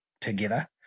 together